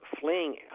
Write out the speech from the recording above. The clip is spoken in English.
fleeing